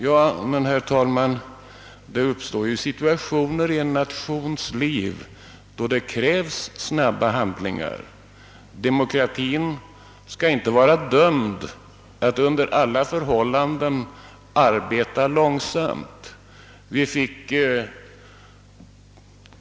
Ja, herr talman, det uppstår i en nations liv situationer, då det krävs snabba handlingar. Demokratin skall inte vara dömd att under alla förhållanden arbeta långsamt.